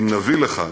אם נבוא לכאן,